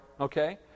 okay